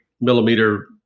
millimeter